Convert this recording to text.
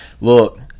Look